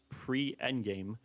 pre-Endgame